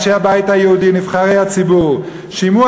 אנשי הבית היהודי נבחרי הציבור: "שמעו